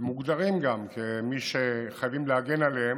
שגם מוגדרים כמי שחייבים להגן עליהם,